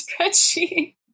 spreadsheet